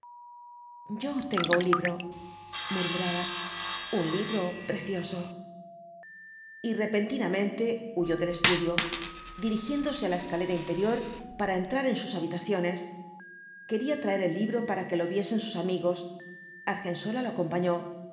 yo tengo un libro murmuraba un libro precioso y repentinamente huyó del estudio dirigiéndose á la escalera interior para entrar en sus habitaciones quería traer el libro para que lo viesen sus amigos argensola lo acompañó